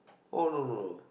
oh no no